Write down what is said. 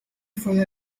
for